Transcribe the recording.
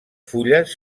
fulles